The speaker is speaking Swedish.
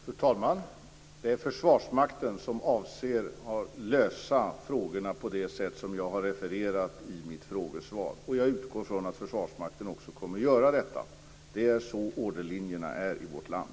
Fru talman! Det är Försvarsmakten som har att lösa frågorna på det sätt som jag har refererat till i mitt interpellationssvar, och jag utgår ifrån att Försvarsmakten också kommer att göra detta. Det är så orderlinjerna är i vårt land.